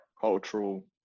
cultural